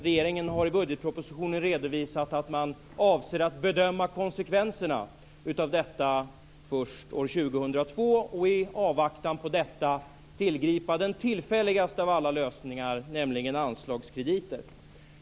Regeringen har i budgetpropositionen redovisat att man avser att bedöma konsekvenserna av detta först år 2002 och i avvaktan på detta tillgripa den mest tillfälliga av alla lösningar, nämligen anslagskrediter.